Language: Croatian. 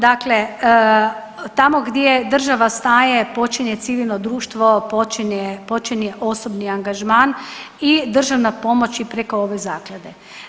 Dakle, tamo gdje država staje počinje civilno društvo, počinje, počinje osobni angažman i državna pomoć je preko ove zaklade.